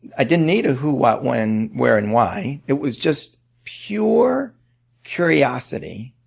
i didn't need a who, what, when, where, and why. it was just pure curiosity.